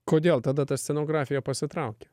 kodėl tada ta scenografija pasitraukė